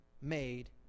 made